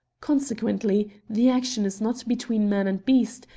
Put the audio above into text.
consequently, the action is not between man and beast,